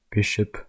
Bishop